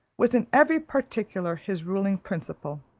was, in every particular, his ruling principle.